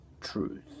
truth